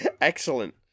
Excellent